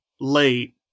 late